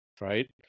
right